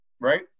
Right